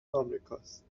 امریکاست